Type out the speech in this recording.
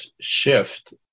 shift